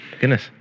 Goodness